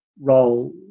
role